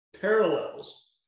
parallels